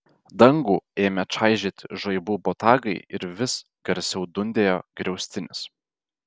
dangų ėmė čaižyti žaibų botagai ir vis garsiau dundėjo griaustinis